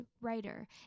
writer